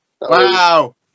Wow